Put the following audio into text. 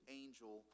angel